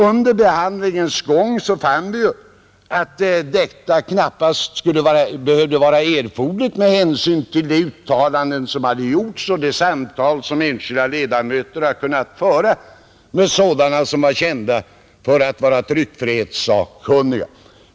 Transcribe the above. Under behandlingens gång fann vi att detta knappast vore erforderligt med hänsyn till de uttalanden som hade gjorts och de samtal som enskilda ledamöter kunnat föra med sådana som var kända för att vara tryckfrihetssakkunniga.